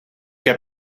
heb